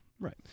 Right